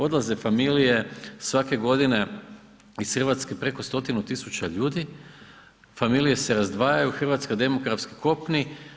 Odlaze familije svake godine iz Hrvatske preko stotinu tisuća ljudi, familije se razdvajaju, hrvatska demografski kopni.